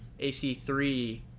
AC3